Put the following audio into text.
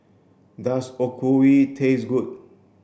does Okayu taste good